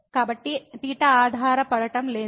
అయితే ఆధారపడటం లేదు